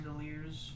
chandeliers